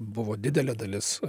buvo didelė dalis